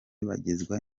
bagezwa